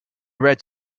red